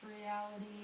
reality